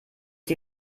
die